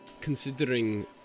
considering